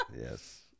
Yes